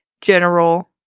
general